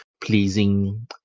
pleasing